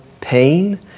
pain